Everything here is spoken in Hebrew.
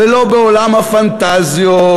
ולא בעולם הפנטזיות.